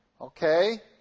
okay